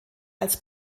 als